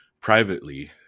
privately